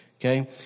okay